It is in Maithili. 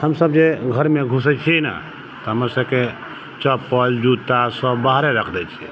हमसब जे घरमे घुसै छियै ने तऽ हमर सबके चप्पल जूता सब बाहरे रख दय छियै